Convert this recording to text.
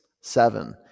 seven